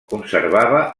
conservava